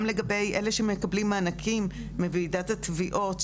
גם לגבי אלה שמקבלים מענקים מוועידת התביעות,